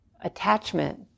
attachment